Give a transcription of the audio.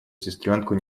сестренку